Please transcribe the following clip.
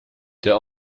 der